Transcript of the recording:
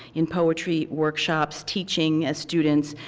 in poetry, workshops, teaching, as students,